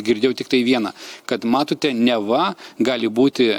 girdėjau tiktai vieną kad matote neva gali būti